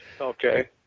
Okay